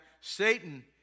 Satan